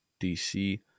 DC